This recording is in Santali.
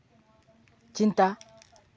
ᱪᱤᱱᱛᱟ